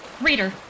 Reader